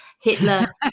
Hitler